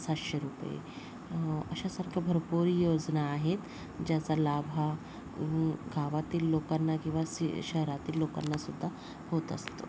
सहाशे रुपये अशासारख्या भरपूर योजना आहेत ज्याचा लाभ हा गावातील लोकांना किंवा सि शहरातील लोकांनासुद्धा होत असतो